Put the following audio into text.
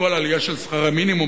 לכל עלייה של שכר המינימום.